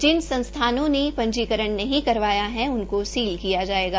जिन संस्थानों ने पंजीकरण नहीं करवाया है उनको सील किया जाएगा